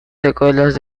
secuelas